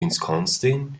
wisconsin